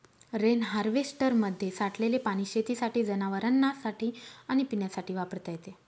rain हार्वेस्टरमध्ये साठलेले पाणी शेतीसाठी, जनावरांनासाठी आणि पिण्यासाठी वापरता येते